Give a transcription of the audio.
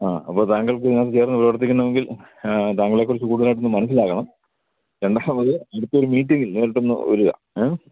ആ അപ്പോള് താങ്കൾക്ക് ഇതിനകത്തു ചേർന്ന് പ്രവർത്തിക്കണമെങ്കിൽ താങ്കളേക്കുറിച്ച് കൂടുതലായിട്ടൊന്ന് മനസ്സിലാക്കണം രണ്ടാമത് ഇപ്പൊരു മീറ്റിങ്ങില് നേരിട്ടൊന്ന് വരുക ങേ